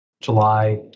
July